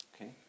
Okay